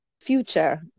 future